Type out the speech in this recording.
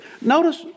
notice